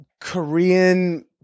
Korean